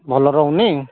ଭଲ ରହୁନି